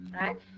right